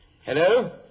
Hello